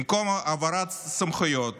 במקום העברת סמכויות